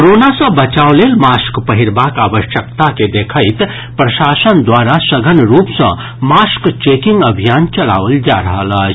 corona सँ बचाव लेल मास्क पहिरबाक आवश्यकता के देखैत प्रशासन द्वारा सघन रूप सँ मास्क चेकिंग अभियान चलाओल जा रहल अछि